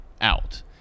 out